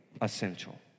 essential